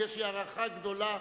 ויש לי ההערכה גדולה,